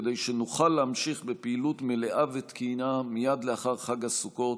כדי שנוכל להמשיך בפעילות מלאה ותקינה מייד לאחר חג הסוכות,